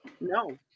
No